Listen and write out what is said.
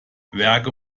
werke